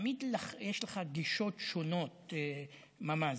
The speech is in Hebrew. תמיד יש לך גישות שונות, ממ"ז.